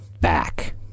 back